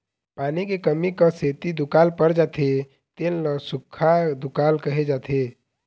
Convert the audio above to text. पानी के कमी क सेती दुकाल पर जाथे तेन ल सुक्खा दुकाल कहे जाथे